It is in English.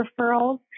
referrals